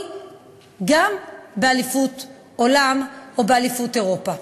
גם באליפות עולם או באליפות אירופה.